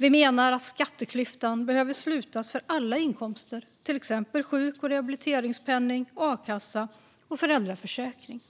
Vi menar att skatteklyftan behöver slutas för alla inkomster, till exempel sjuk och rehabiliteringspenning, a-kassa och föräldraförsäkring.